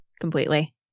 completely